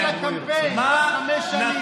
יש עוד חמש שנים